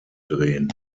drehen